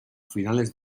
finales